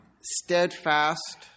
steadfast